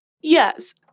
Yes